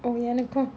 mm எனக்கும்: enakkum